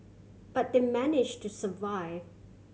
but they manage to survive